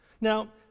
Now